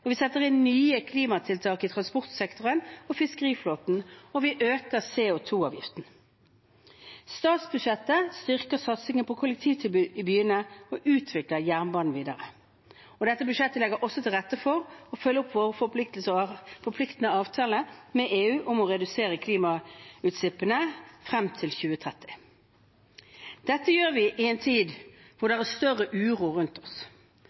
vekst, vi setter inn nye klimatiltak i transportsektoren og fiskeriflåten, og vi øker CO 2 -avgiften. Statsbudsjettet styrker satsingen på kollektivtilbud i byene og utvikler jernbanen videre. Dette budsjettet legger også til rette for å følge opp vår forpliktende avtale med EU om å redusere klimautslippene frem til 2030. Dette gjør vi i en tid da det er større uro rundt oss.